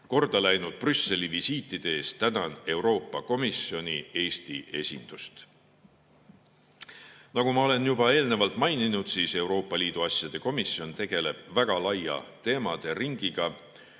Kordaläinud visiitide eest Brüsselisse tänan Euroopa Komisjoni Eesti esindust. Nagu ma olen juba eelnevalt maininud, siis Euroopa Liidu asjade komisjon tegeleb väga laia teemaderingiga.